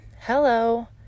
Hello